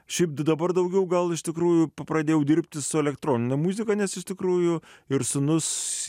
šiaip dabar daugiau gal iš tikrųjų pradėjau dirbti su elektronine muzika nes iš tikrųjų ir sūnus